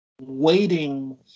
waiting